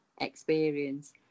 experience